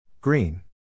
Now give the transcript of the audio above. Green